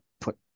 put